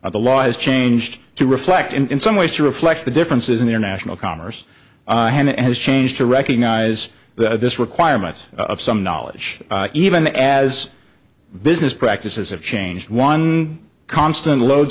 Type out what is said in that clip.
or the law is changed to reflect in some ways to reflect the differences in international commerce and has changed to recognise that this requirements of some knowledge even as business practices have changed one constant lo